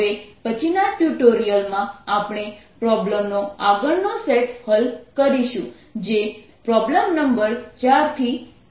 હવે પછીના ટ્યુટોરીયલમાં આપણે પ્રોબ્લેમનો આગળનો સેટ હલ કરીશું જે પ્રોબ્લેમ નંબર 4 થી 9 છે